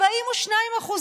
42%,